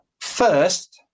first